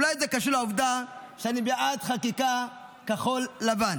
אולי זה קשור לעובדה שאני בעד חקיקה כחול-לבן,